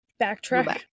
backtrack